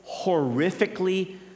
horrifically